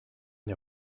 der